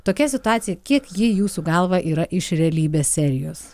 tokia situacija kiek ji jūsų galva yra iš realybės serijos